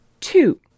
Two